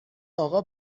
آقا